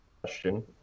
question